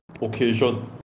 occasion